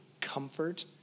comfort